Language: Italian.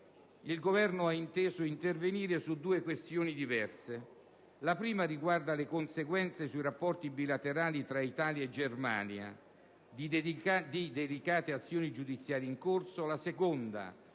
il Governo ha inteso intervenire su due questioni diverse: la prima riguarda le conseguenze sui rapporti bilaterali tra Italia e Germania di delicate azioni giudiziarie in corso;